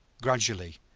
gradually,